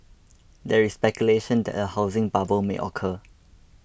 there is speculation that a housing bubble may occur